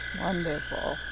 Wonderful